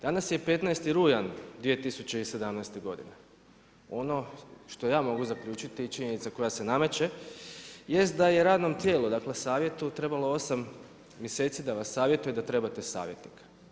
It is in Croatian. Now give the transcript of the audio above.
Danas je 15. rujan 2017. godine, ono što ja mogu zaključiti i činjenica koja se nameće jest da je radnom tijelu, dakle savjetu trebalo osam mjeseci da vas savjetuje da trebate savjetnika.